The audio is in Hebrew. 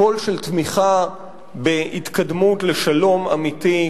קול של תמיכה בהתקדמות לשלום אמיתי,